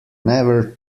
never